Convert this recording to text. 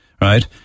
right